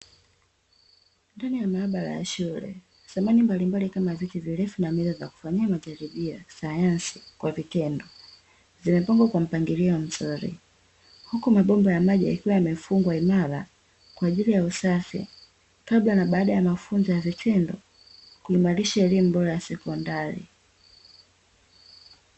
Ndani ya maabara ya shule samahani za aina mbalimbali kama vile viti virefu na meza za kufanyia majaribio ya kisayansi kwa vitendo zimepangwa kwa mpangilio mzuri, huku mabomba ya maji yakiwa yamefungwa imara kwa ajili ya usafi kabla na baada ya mafunzo ya vitendo, kuimarisha elimu bora ya sekondari.